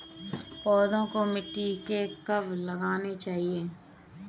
पौधों को मिट्टी में कब लगाना चाहिए?